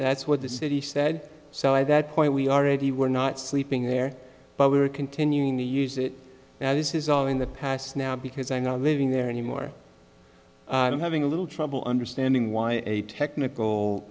that's what the city said so i that point we already were not sleeping there but we were continuing to use it now this is all in the past now because i'm not living there anymore i'm having a little trouble understanding why a technical